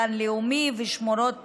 גן לאומי ושמורות טבע,